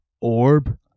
orb